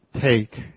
take